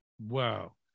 Wow